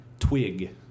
twig